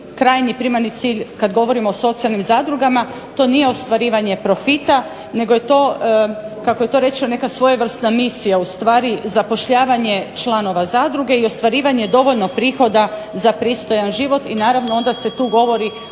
krajnji primarni cilj kad govorimo o socijalnim zadrugama, to nije ostvarivanje profita, nego je to, kako je to rečeno neka svojevrsna misija, ustvari zapošljavanje članova zadruge, i ostvarivanje dovoljnog prihoda za pristojan život i naravno onda se tu govori